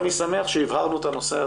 אני שמח שהבהרנו את הנושא,